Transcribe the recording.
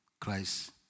Christ